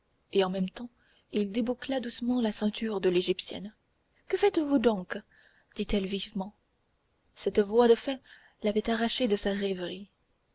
et en même temps il déboucla doucement la ceinture de l'égyptienne que faites-vous donc dit-elle vivement cette voie de fait l'avait arrachée à sa rêverie